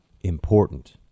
important